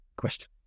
question